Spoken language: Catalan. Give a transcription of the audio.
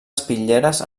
espitlleres